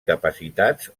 capacitats